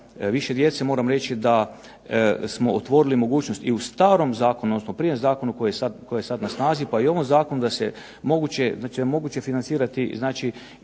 više djece, moram reći da smo otvorili mogućnost i u starom zakonu, odnosno …/Ne razumije se./… zakonu koji je sad na snazi, pa i u ovom zakonu da se moguće, znači da je